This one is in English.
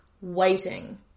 waiting